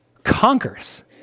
conquers